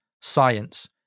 science